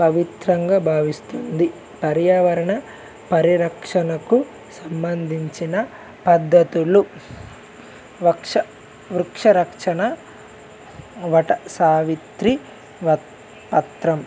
పవిత్రంగా భావిస్తుంది పర్యావరణ పరిరక్షణకు సంబంధించిన పద్ధతులు వక్ష వృక్షరక్షణ వట సావిత్రి వ పత్రం